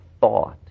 thought